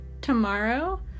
tomorrow